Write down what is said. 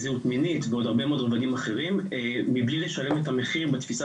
זהות מינית ועוד הרבה מאוד רבדים אחרים מבלי לשלם את המחיר בתפיסה